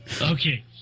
Okay